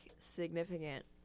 significant